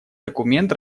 документ